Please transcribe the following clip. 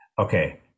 Okay